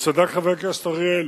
וצדק חבר הכנסת אריאל,